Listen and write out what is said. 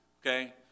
okay